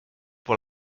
pour